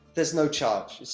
there's no charge,